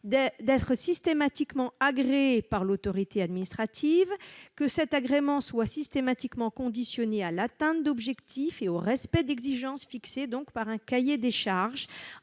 d'un agrément par l'autorité administrative. Cet agrément sera de plus systématiquement conditionné à l'atteinte d'objectifs et au respect d'exigences fixées par un cahier des charges.